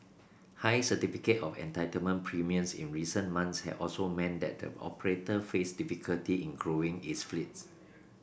high certificate of entitlement premiums in recent months also meant that the operator faced difficulty in growing its fleet